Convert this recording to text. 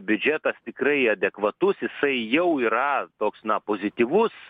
biudžetas tikrai adekvatus jisai jau yra toks na pozityvus